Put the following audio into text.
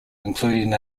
including